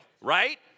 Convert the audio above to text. right